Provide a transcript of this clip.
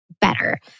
better